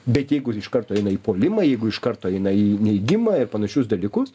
bet jeigu iš karto eina į puolimą jeigu iš karto eina į neigimą ir panašius dalykus